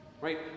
Right